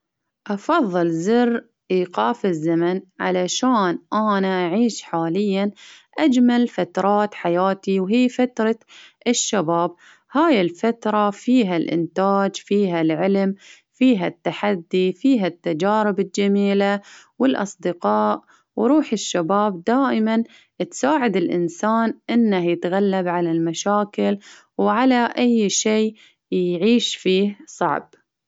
أفظل زر إيقاف الزمن، علشان أنا اعيش حاليا أجمل فترات حياتي، وهي فترة الشباب، هاي الفترة فيها الإنتاج، فيها العلم، فيها التحدي، فيها التجارب الجميلة، والأصدقاء، وروح الشباب دائما تساعد اإنسان إنه يتغلب على المشاكل، وعلى أي شي يعيش فيه صعب.